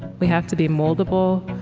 we have to be moldable.